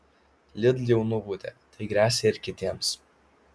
lidl jau nubaudė tai gresia ir kitiems